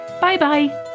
Bye-bye